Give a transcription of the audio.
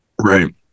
right